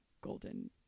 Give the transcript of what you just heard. golden